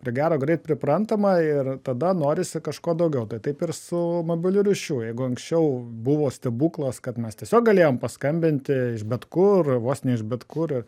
prie gero greit priprantama ir tada norisi kažko daugiau tai taip ir su mobiliu ryšiu jeigu anksčiau buvo stebuklas kad mes tiesiog galėjom paskambinti iš bet kur vos ne iš bet kur